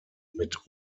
mit